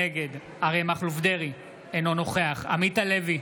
נגד אריה מכלוף דרעי, אינו נוכח עמית הלוי,